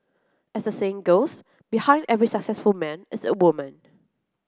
as the saying goes Behind every successful man is a woman